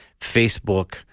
Facebook